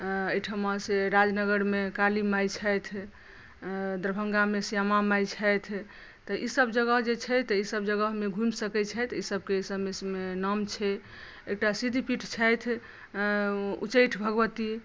आ एहिठमा से राजनगरमे काली माइ छथि दरभंगामे श्यामा माइ छथि तऽ ई सब जगह जे छै तऽ ई सब जगहमे घुमि सकै छथि ई सबकेँ नाम छै एकटा सिद्धपीठ छथि उच्चैठ भगवती